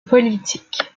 politique